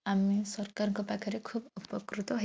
ଆମେ ସରକାରଙ୍କ ପାଖରେ ଖୁବ୍ ଉପକୃତ ହେଇପାରିବୁ